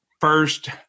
first